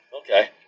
Okay